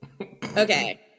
Okay